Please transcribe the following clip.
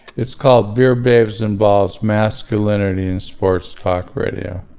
it's called beer, babes, and balls masculinity in sports talk radio.